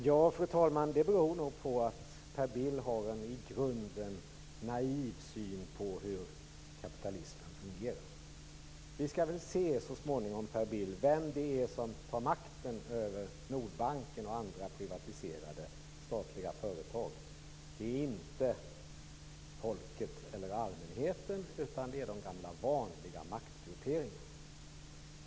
Fru talman! Det beror nog på att Per Bill har en i grunden naiv syn på hur kapitalismen fungerar. Vi får väl se så småningom, Per Bill, vem som tar makten över Nordbanken och andra privatiserade statliga företag. Det är inte folket eller allmänheten utan det är de gamla vanliga maktgrupperingarna.